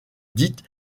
dite